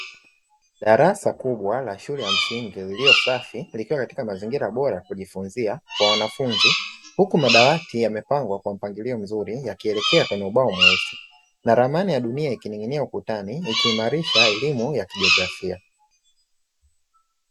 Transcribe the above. Darasa kubwa la shule ya msingi liliyosafi likiwa katika mazingira bora kujifunza kwa wanafunzi, huku madawati yamepangwa kwa mpangilio mzuri yakielekea kwenye ubao mweusi, na ramani ya dunia ikining'inia ukutani ikiimarisha elimu ya kijiografia.